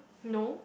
no